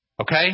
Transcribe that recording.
okay